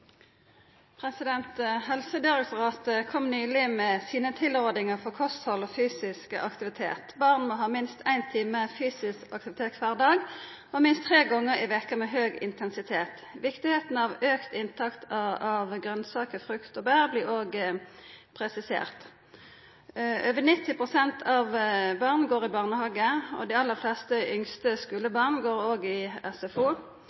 nyleg kome med sine tilrådingar for kosthald og fysisk aktivitet. Barn må ha minst éin time fysisk aktivitet kvar dag og minst tre gongar i veka med høg intensitet. Viktigheita av auka inntak av grønsaker, frukt og bær blir òg presisert. Over 90 pst. av barna går i barnehage, og dei aller fleste yngste